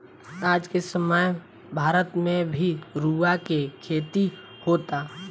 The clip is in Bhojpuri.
आज के समय में भारत में भी रुआ के खेती होता